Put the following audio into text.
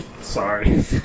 Sorry